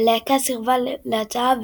הלהקה סירבה להצעה,